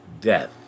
death